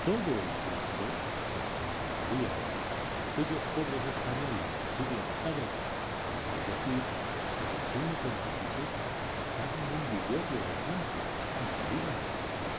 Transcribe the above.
todo el susto que experimentaríamos aquellos pobres españoles del siglo pasado al oír decir que el sumo pontífice estaba en un villorrio de francia y que íbamos a verle